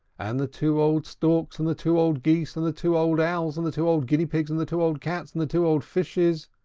and the two old storks, and the two old geese, and the two old owls, and the two old guinea pigs, and the two old cats, and the two old fishes,